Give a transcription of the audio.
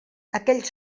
aquells